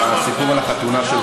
ריגשת אותנו עם הסיפור על החתונה שלך.